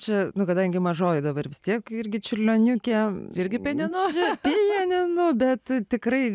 čia nuo kadangi mažoji dabar vis tiek irgi čiurlioniukė irgi nenori lenino bet tikrai